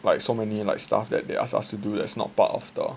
like so many like stuff that they ask us to do that is not part of the